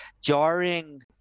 jarring –